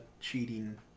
cheating